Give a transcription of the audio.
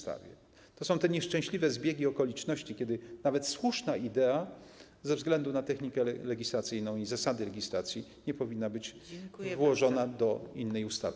To są te nieszczęśliwe zbiegi okoliczności, w których nawet słuszna idea ze względu na technikę legislacyjną i zasady legislacji nie powinna być włożona do innej ustawy.